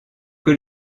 que